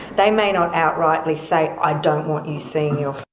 they may not outrightly say, i don't want you seeing your